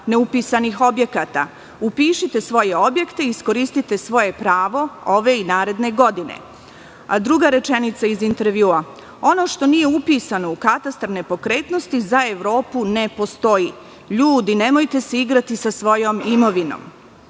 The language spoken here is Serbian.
neupisanih objekata. Upišite svoje objekte i iskoristite svoje pravo ove i naredne godine. Druga rečenica iz intervjua – ono što nije upisano u Katastar nepokretnost za Evropu ne postoji. Ljudi, nemojte se igrati sa svojom imovinom.